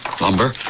lumber